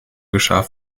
geschah